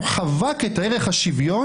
הוא חבק את ערך השוויון,